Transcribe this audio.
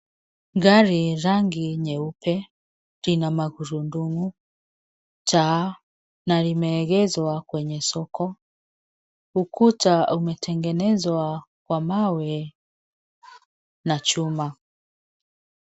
Gari rangi nyeupe, kina magurudumu, taa na limeegeshwa kwenye soko. Ukuta umetengenezwa kwa mawe na chuma.